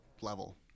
level